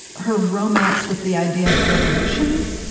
her romance with the idea of revolution,